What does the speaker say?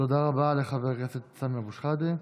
תודה רבה לחבר הכנסת סמי אבו שחאדה.